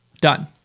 done